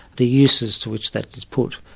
the uses to which that is put,